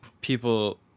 people